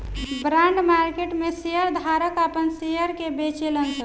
bond market में share धारक आपन शेयर के बेचेले सन